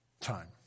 time